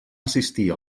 assistir